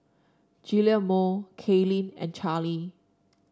Guillermo Kaylen and Charlie